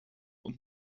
und